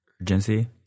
urgency